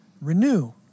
renew